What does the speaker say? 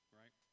right